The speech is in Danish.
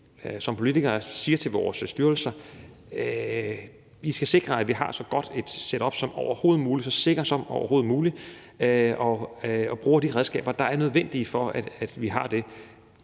som politikere siger til vores styrelser, at de skal sikre, at vi har så godt et setup som overhovedet muligt, så sikkert som overhovedet muligt, og bruger de redskaber, der er nødvendige for, at vi har det.